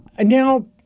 now